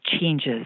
changes